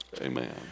Amen